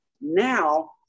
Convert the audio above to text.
Now